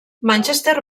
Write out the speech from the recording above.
manchester